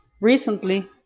recently